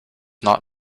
not